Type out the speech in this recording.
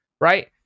right